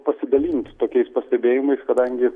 pasidalint tokiais pastebėjimais kadangi